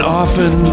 often